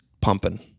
pumping